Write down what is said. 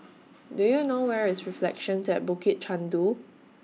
Do YOU know Where IS Reflections At Bukit Chandu